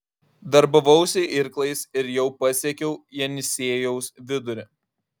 darbavausi irklais ir jau pasiekiau jenisiejaus vidurį